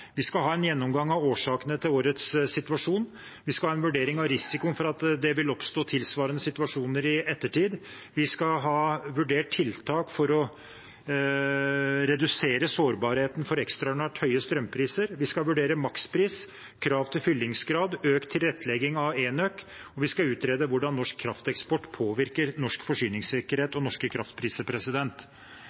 Vi har fått et veldig klart oppdrag: Vi skal ha en gjennomgang av årsakene til årets situasjon. Vi skal ha en vurdering av risikoen for at det vil oppstå tilsvarende situasjoner i ettertid. Vi skal ha vurdert tiltak for å redusere sårbarheten for ekstraordinært høye strømpriser. Vi skal vurdere makspris, krav til fyllingsgrad og økt tilrettelegging av enøk. Og vi skal utrede hvordan norsk krafteksport påvirker norsk forsyningssikkerhet og norske kraftpriser.